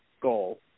goal